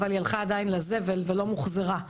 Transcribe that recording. אבל היא הלכה עדיין לזבל ולא מוחזרה.